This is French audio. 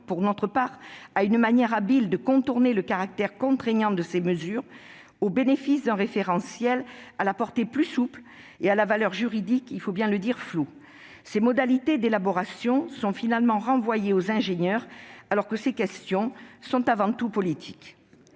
contourner de manière habile le caractère contraignant de ces mesures au bénéfice d'un référentiel à la portée plus souple et à la valeur juridique floue. Ses modalités d'élaboration sont finalement renvoyées aux ingénieurs alors que ces questions sont avant tout politiques.